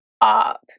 up